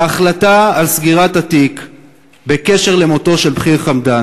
ההחלטה על סגירת התיק בקשר למותו של ח'יר חמדאן,